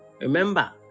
remember